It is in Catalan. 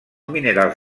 minerals